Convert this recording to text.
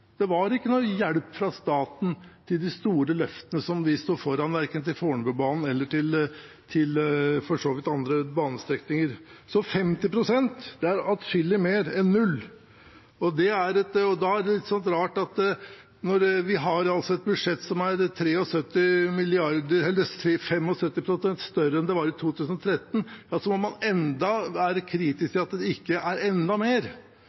2007–2013 var det ikke tilskudd å få til den typen investeringer i fylkene. Det var ikke noe hjelp fra staten til de store løftene vi sto foran, verken til Fornebubanen eller andre banestrekninger. 50 pst. er adskillig mer enn null, og når vi nå har et budsjett som er 75 pst. større enn det var i 2013, er det litt rart at man ennå er kritisk til at det ikke er enda mer.